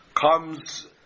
comes